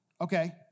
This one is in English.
Okay